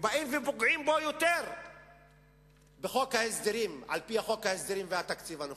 באים ופוגעים בו יותר בחוק ההסדרים ובתקציב הנוכחי,